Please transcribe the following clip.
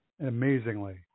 amazingly